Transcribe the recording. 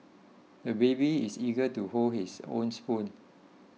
the baby is eager to hold his own spoon